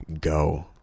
go